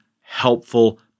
helpful